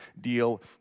deal